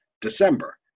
December